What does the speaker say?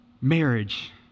marriage